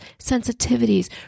sensitivities